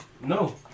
No